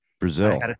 Brazil